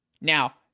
Now